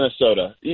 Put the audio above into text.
Minnesota